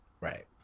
Right